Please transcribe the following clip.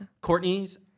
Courtney's